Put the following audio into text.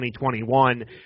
2021